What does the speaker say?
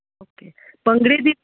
okay ਭੰਗੜੇ ਦੀ